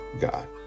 God